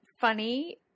funny